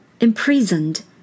imprisoned